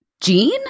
Jean